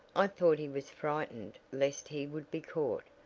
i thought he was frightened lest he would be caught,